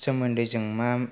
सोमोन्दै जों मा